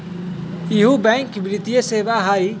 इहु बैंक वित्तीय सेवा की होई?